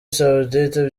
saoudite